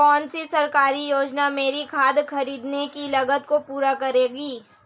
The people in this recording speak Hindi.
कौन सी सरकारी योजना मेरी खाद खरीदने की लागत को पूरा करेगी?